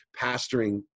pastoring